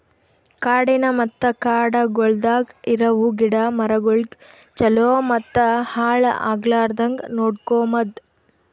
ಕಾಡಿನ ಮತ್ತ ಕಾಡಗೊಳ್ದಾಗ್ ಇರವು ಗಿಡ ಮರಗೊಳಿಗ್ ಛಲೋ ಮತ್ತ ಹಾಳ ಆಗ್ಲಾರ್ದಂಗ್ ನೋಡ್ಕೋಮದ್